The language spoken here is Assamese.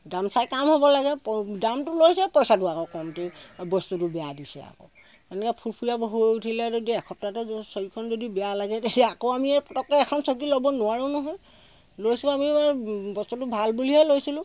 দাম চাই কাম হ'ব লাগে প দামটো লৈছেই পইচাটো আকৌ কমটি বস্তুটো বেয়া দিছে আকৌ এনেকৈ ফুলফুলীয়া হৈ উঠিলে যদি এসপ্তাহতে য চকীখন যদি বেয়া লাগে তেতিয়া আকৌ আমি এই পতককৈ এখন চকী ল'ব নোৱাৰোঁ নহয় লৈছোঁ আমি আৰু বস্তুটো ভাল বুলিহে লৈছিলোঁ